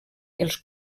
els